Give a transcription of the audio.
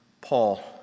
Paul